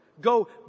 Go